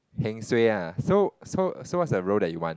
heng suay ah so so so what's the role that you want